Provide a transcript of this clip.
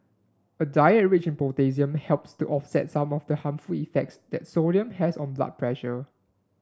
a diet rich in potassium helps to offset some of the harmful effects that sodium has on blood pressure